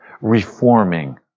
Reforming